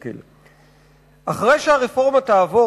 אחרי שהרפורמה תעבור,